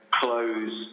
close